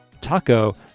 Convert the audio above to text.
Taco